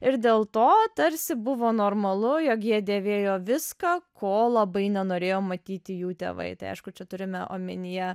ir dėl to tarsi buvo normalu jog jie dėvėjo viską ko labai nenorėjo matyti jų tėvai tai aišku čia turime omenyje